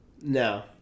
No